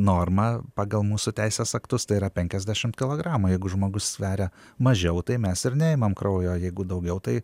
norma pagal mūsų teisės aktus tai yra penkiasdešimt kilogramų jeigu žmogus sveria mažiau tai mes ir neimam kraujo jeigu daugiau tai